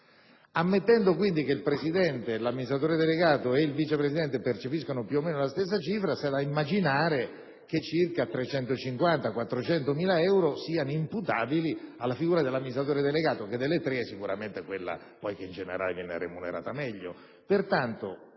Ammettendo, quindi, che il presidente, l'amministratore delegato e il vice presidente percepiscano più o meno la stessa cifra, è facile immaginare che circa 350.000-400.000 euro siano imputabili alla figura dell'amministratore delegato, che delle tre è sicuramente quella meglio remunerata.